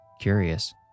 curious